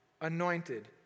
anointed